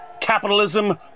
capitalism